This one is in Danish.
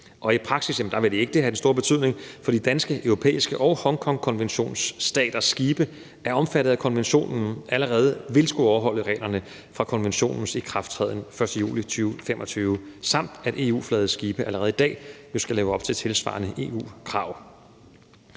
I praksis vil det ikke have den store betydning, fordi danske, europæiske og Hongkongkonventionsstaters skibe allerede er omfattet af konventionen og vil skulle overholde reglerne fra konventionens ikrafttræden den 1. juli 2025. Og EU-flagede skibe skal allerede i dag leve op til tilsvarende EU-krav.